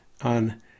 on